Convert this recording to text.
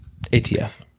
ATF